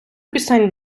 пісень